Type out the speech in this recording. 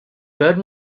bird